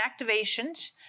Activations